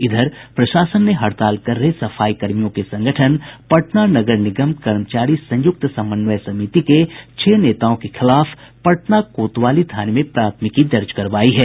इधर प्रशासन ने हड़ताल कर रहे सफाई कर्मियों के संगठन पटना नगर निगम कर्मचारी संयुक्त समन्वय समिति के छह नेताओं के खिलाफ पटना कोतवाली थाने में प्राथमिकी दर्ज करवायी है